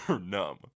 numb